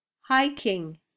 hiking